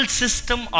system